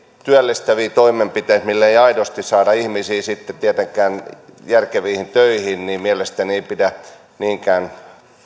työllistäviä toimenpiteitä millä ei aidosti saada ihmisiä sitten tietenkään järkeviin töihin mielestäni ei pidä niinkään